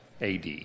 AD